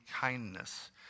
kindness